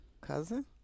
cousin